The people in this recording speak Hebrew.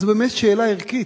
זו באמת שאלה ערכית.